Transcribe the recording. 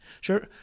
Sure